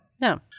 No